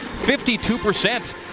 52%